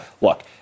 look